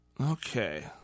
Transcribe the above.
Okay